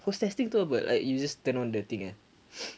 hose testing tu apa like you just turn on the thing ah